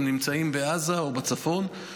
הם נמצאים בעזה ובצפון,